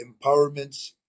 empowerments